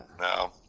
No